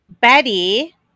Betty